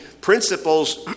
principles